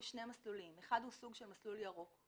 שני מסלולים: אחד הוא סוג של מסלול ירוק,